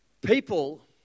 People